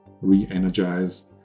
re-energize